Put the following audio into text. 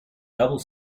double